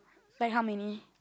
like how many